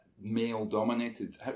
male-dominated